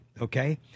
okay